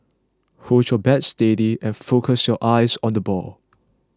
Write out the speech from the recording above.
hold your bat steady and focus your eyes on the ball